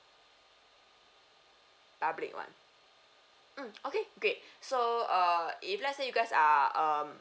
public one mmhmm okay great so err If let's say you guys are um